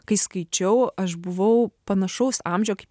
kai skaičiau aš buvau panašaus amžio kaip